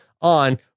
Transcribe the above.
on